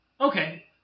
Okay